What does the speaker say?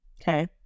okay